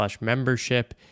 membership